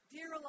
Dear